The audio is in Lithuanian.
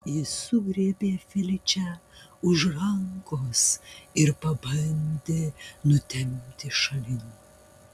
jis sugriebė feličę už rankos ir pabandė nutempti šalin